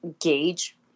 gauge